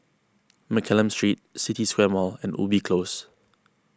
Mccallum Street City Square Mall and Ubi Close